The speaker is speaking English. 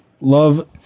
Love